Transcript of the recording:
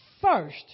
first